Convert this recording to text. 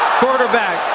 quarterback